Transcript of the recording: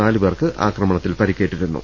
നാല് പേർക്ക് ആക്രമണത്തിൽ പരിക്കേറ്റിരുന്നു